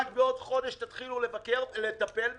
רק בעוד חודש תתחילו לטפל בזה?